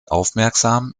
aufmerksam